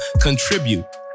contribute